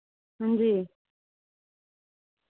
हांजी